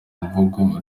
mvugo